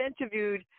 interviewed